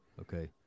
okay